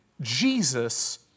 Jesus